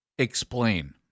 Explain